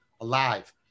alive